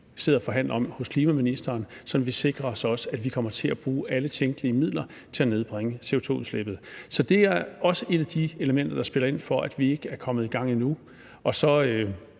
de sidder og forhandler om hos klimaministeren, sådan at vi også sikrer, at vi kommer til at bruge alle tænkelige midler til at nedbringe CO2-udslippet. Så det er også et af de elementer, der spiller ind på, at vi ikke er kommet i gang endnu. Så